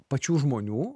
pačių žmonių